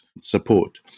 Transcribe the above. support